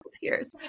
tears